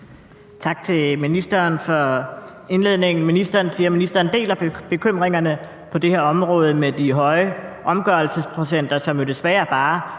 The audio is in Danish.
Tak til ministeren for indledningen. Ministeren siger, at ministeren deler bekymringerne på det her område med de høje omgørelsesprocenter, som jo desværre bare